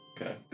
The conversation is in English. Okay